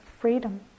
freedom